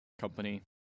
company